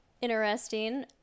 interesting